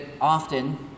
often